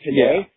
today